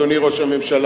אדוני ראש הממשלה,